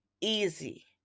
easy